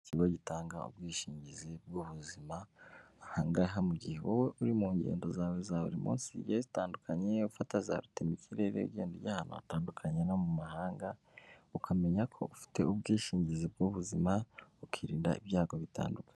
Ikigo gitanga ubwishingizi bw'ubuzima. Aha ngaha mu gihe wowe uri mu ngendo zawe za buri munsi zigiye zitandukanye ufata zarutemikirere ugenda ujya ahantu hatandukanye nko mu mahanga ukamenya ko ufite ubwishingizi bw'ubuzima ukirinda ibyago bitandukanye.